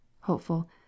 Hopeful